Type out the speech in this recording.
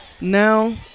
now